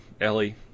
Ellie